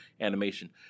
animation